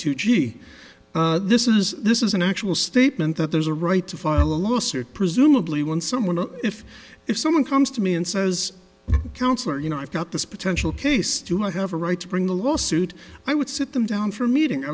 g this is this is an actual statement that there's a right to file a lawsuit presumably one someone if if someone comes to me and says counselor you know i've got this potential case you might have a right to bring a lawsuit i would sit them down for a meeting i